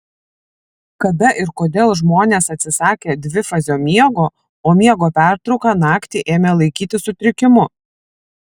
kada ir kodėl žmonės atsisakė dvifazio miego o miego pertrauką naktį ėmė laikyti sutrikimu